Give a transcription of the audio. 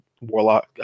warlock